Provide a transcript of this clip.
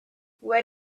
what